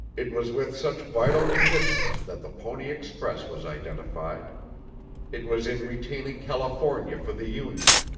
it was with such vital conditions that the pony express was identified it was in retaining california for the union,